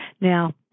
now